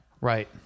Right